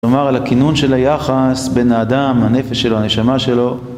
כלומר, על הכינון של היחס בין האדם, הנפש שלו, הנשמה שלו.